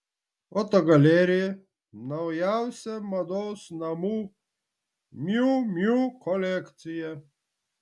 fotogalerijoje naujausia mados namų miu miu kolekcija